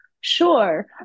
Sure